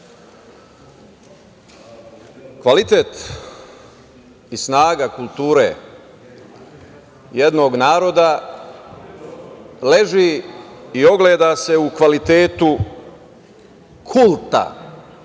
kvalitet i snaga kulture jednog naroda leži i ogleda se u kvalitetu tog